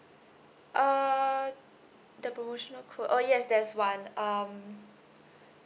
uh the promotional code oh yes there's one um